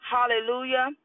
Hallelujah